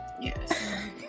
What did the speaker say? Yes